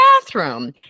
bathroom